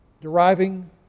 deriving